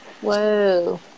Whoa